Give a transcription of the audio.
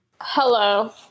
Hello